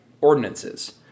ordinances